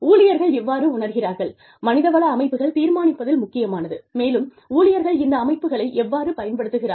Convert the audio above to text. ஊழியர்கள் எவ்வாறு உணர்கிறார்கள் மனிதவள அமைப்புகள் தீர்மானிப்பதில் முக்கியமானது மேலும் ஊழியர்கள் இந்த அமைப்புகளை எவ்வாறு பயன்படுத்துகிறார்கள்